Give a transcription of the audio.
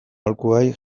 aholkuari